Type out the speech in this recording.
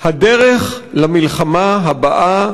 הדרך למלחמה הבאה